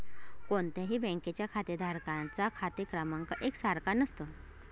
कोणत्याही बँकेच्या खातेधारकांचा खाते क्रमांक एक सारखा नसतो